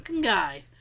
guy